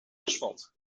asfalt